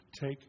take